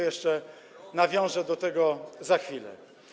Jeszcze nawiążę do tego za chwilę.